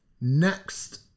Next